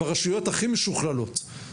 ברשויות הכי משוכללות.